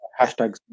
Hashtags